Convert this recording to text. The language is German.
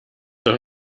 doch